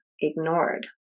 ignored